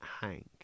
Hank